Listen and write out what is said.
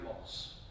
loss